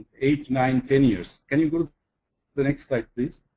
eight, nine, ten years. can you go to the next slide, please?